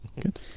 Good